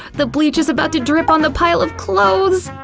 the bleach is about to drip on the pile of clothes!